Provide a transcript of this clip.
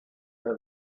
are